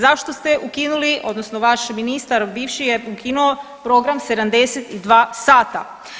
Zašto ste ukinuli, odnosno vaš ministar bivši je ukinuo program 72 sata?